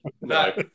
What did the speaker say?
No